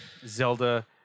Zelda